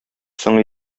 соң